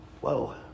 whoa